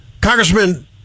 congressman